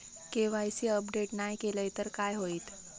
KYC update नाय केलय तर काय होईत?